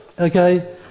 Okay